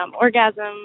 orgasm